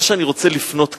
מה שאני רוצה לפנות כאן,